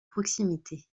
proximité